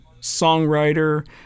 songwriter